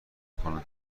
کنند